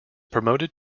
promoted